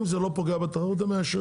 אם זה לא פוגע בתחרות הם מאשרים,